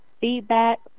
feedback